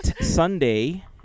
Sunday